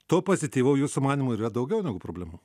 to pazityvo jūsų manymu yra daugiau negu problemų